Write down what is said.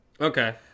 Okay